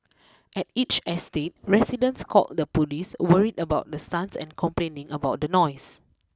at each estate residents called the police worried about the stunts and complaining about the noise